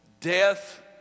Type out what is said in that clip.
death